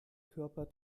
körper